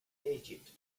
egypt